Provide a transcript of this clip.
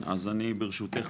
ברשותך,